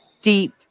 deep